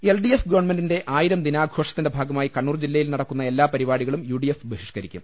L D F ഗവൺമെന്റിന്റെ ആയിരം ദിനാഘോഷ ത്തിന്റെ ഭാഗമായി കണ്ണൂർ ജില്ലയിൽ നടക്കുന്ന എല്ലാ പരിപാടി കളും യു ഡി എഫ് ബഹിഷ്കരിക്കും